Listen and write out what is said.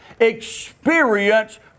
experience